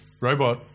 robot